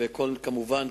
וכמובן,